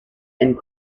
and